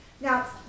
Now